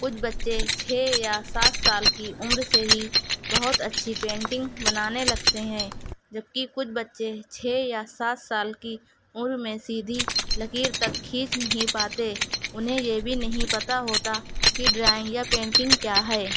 کچھ بچے چھ یا سات سال کی عمر سے ہی بہت اچھی پینٹنگ بنانے لگتے ہیں جبکہ کچھ بچے چھ یا سات سال کی عمر میں سیدھی لکیر تک کھینچ نہیں پاتے انہیں یہ بھی نہیں پتا ہوتا کہ ڈرائنگ یا پینٹنگ کیا ہے